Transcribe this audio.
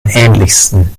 ähnlichsten